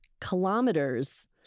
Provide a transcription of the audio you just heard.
kilometers